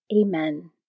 Amen